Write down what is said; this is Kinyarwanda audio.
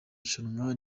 rushanwa